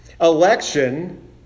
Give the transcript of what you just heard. Election